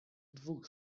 dwóch